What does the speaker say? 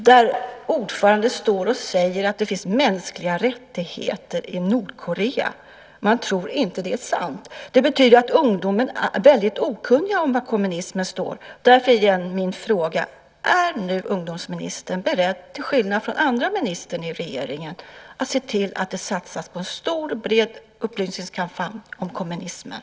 Där säger ordföranden att det finns mänskliga rättigheter i Nordkorea. Man tror inte att det är sant. Detta betyder att ungdomarna är väldigt okunniga om vad kommunismen står för. Därför är min fråga återigen: Är ungdomsministern nu, till skillnad från andra ministrar i regeringen, beredd att se till att det satsas på en stor och bred upplysningskampanj om kommunismen?